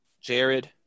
Jared